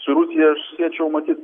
su rusija aš susiečiau matyt